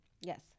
Yes